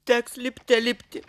teks lipte lipti